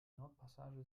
nordpassage